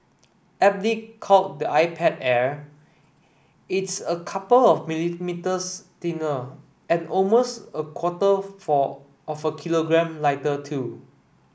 aptly called the iPad Air it's a couple of millimetres thinner and almost a quarter for of kilogram lighter too